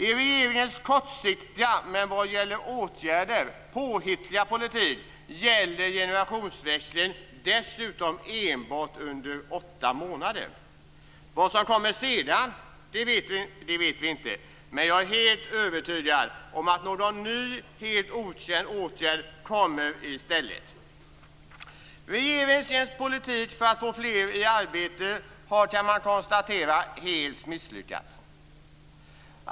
I regeringens kortsiktiga men vad gäller åtgärder påhittiga politik gäller generationsväxlingen dessutom enbart under åtta månader. Vad som kommer sedan vet vi inte. Jag är helt övertygad om att någon ny helt okänd åtgärd kommer i stället. Regeringens politik för att få fler i arbete har helt misslyckats.